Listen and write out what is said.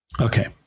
Okay